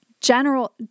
General